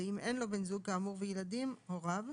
ואם אין לו בן זוג כאמור וילדים הוריו,